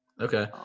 Okay